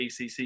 ACC